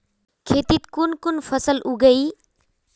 खेतीत कुन कुन फसल उगेई?